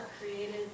created